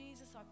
Jesus